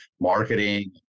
marketing